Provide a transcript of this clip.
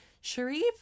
Sharif